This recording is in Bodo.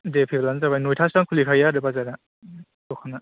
दे फैब्लानो जाबाय नौथासोआवनो खुलिखायो आरो बाजारआ दखानआ